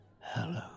Hello